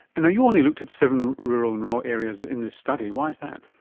and you only looked at seven rural and remote areas in this study, why was that?